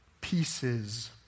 pieces